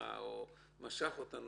משך אותנו.